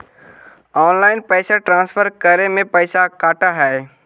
Online पैसा transfer करे में पैसा कटा है?